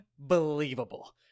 unbelievable